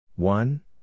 One